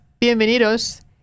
Bienvenidos